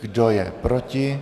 Kdo je proti?